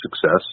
success